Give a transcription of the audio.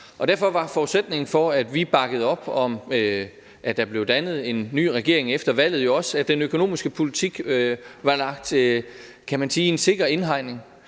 derfor var forudsætningen for, at vi bakkede op om, at der blev dannet en ny regering efter valget, jo også, at den økonomiske politik var lagt i en, kan man